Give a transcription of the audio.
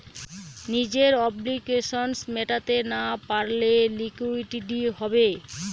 নিজের অব্লিগেশনস মেটাতে না পারলে লিকুইডিটি হবে